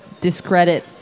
discredit